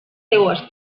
seues